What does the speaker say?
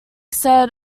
said